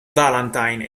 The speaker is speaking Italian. valentine